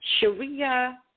Sharia